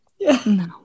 No